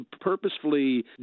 purposefully